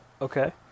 Okay